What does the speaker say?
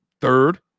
third